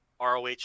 ROH